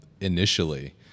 initially